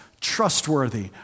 trustworthy